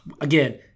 again